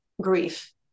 grief